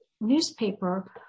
newspaper